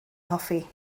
hoffi